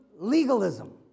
legalism